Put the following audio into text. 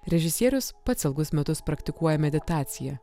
režisierius pats ilgus metus praktikuoja meditaciją